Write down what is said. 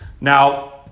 Now